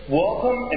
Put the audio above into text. welcome